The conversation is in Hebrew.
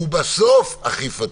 ובסוף אכיפתי.